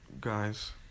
guys